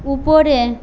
উপরে